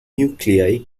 nuclei